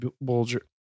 Bulger